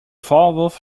vorwurf